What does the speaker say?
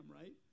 right